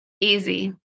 Easy